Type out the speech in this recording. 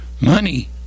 money